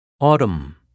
Autumn